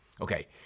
Okay